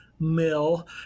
mill